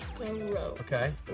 Okay